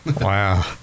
Wow